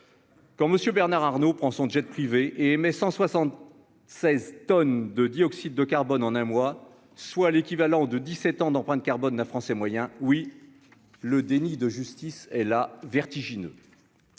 quand Monsieur Bernard Arnault prend son jet-privé et émet 160 16 tonnes de dioxyde de carbone en un mois, soit l'équivalent de 17 ans d'empreinte carbone d'un Français moyen oui le déni de justice et la vertigineux,